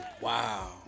wow